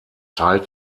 teilt